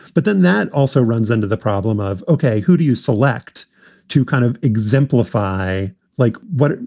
but then that also runs into the problem of, ok. who do you select to kind of exemplify like what?